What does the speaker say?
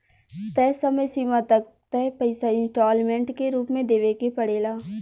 तय समय सीमा तक तय पइसा इंस्टॉलमेंट के रूप में देवे के पड़ेला